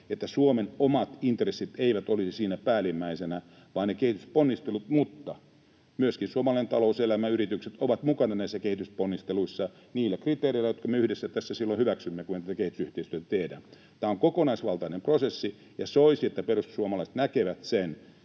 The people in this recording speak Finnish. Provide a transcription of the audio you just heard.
että Suomen omat intressit eivät olisi siinä päällimmäisinä vaan ne kehitysponnistelut — mutta myöskin suomalainen talouselämä ja yritykset ovat mukana näissä kehitysponnisteluissa niillä kriteereillä, jotka me yhdessä silloin hyväksymme, kun me tätä kehitysyhteistyötä tehdään. Tämä on kokonaisvaltainen prosessi, ja soisi, että perussuomalaiset näkevät sen,